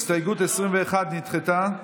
הסתייגות 21 נדחתה.